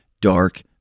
dark